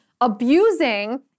abusing